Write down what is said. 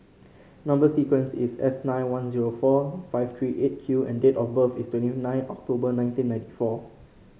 number sequence is S nine one zero four five three Eight Q and date of birth is twenty nine October nineteen ninety four